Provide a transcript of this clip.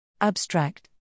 Abstract